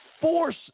force